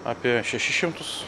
apie šešis šimtus